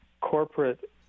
corporate